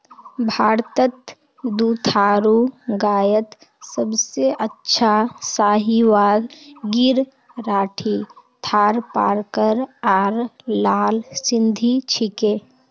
भारतत दुधारू गायत सबसे अच्छा साहीवाल गिर राठी थारपारकर आर लाल सिंधी छिके